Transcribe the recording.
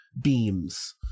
beams